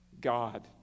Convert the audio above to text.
God